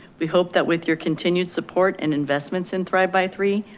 we hope that with your continued support and investments in thrive by three,